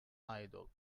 idol